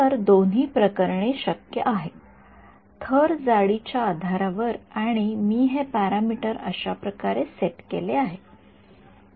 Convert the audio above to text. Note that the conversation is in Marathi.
तर दोन्ही प्रकरणे शक्य आहेत थर जाडीच्या आधारावर आणि मी हे पॅरामीटर अशा प्रकारे सेट केले आहे